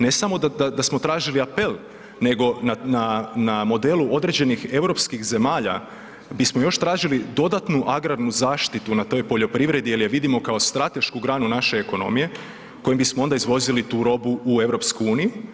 Ne samo da smo tražili apel, nego na modelu određenih europskih zemalja bismo još tražili dodatnu agrarnu zaštitu na toj poljoprivredi jel je vidimo kao stratešku granu naše ekonomije kojom bismo onda izvozili tu robu u EU.